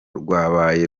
rwabaye